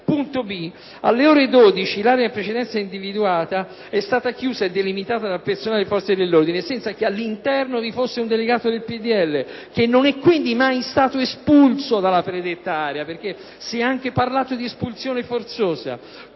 che, alle ore 12, l'area in precedenza individuata è stata chiusa e delimitata dal personale delle forze dell'ordine senza che all'interno vi fosse un delegato del PdL, che non è quindi mai stato espulso dalla predetta area (si è anche parlato di espulsione forzosa).